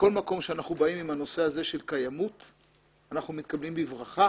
בכל מקום שאנחנו באים עם הנושא הזה של קיימות אנחנו מתקבלים בברכה,